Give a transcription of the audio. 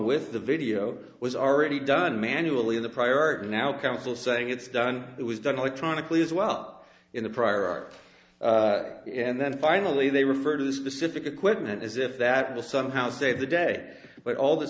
with the video was already done manually in the prior art and now council saying it's done it was done electronically as well in the prior art and then finally they refer to the specific equipment as if that will somehow save the day but all th